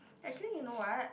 actually you know what